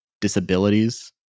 disabilities